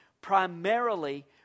primarily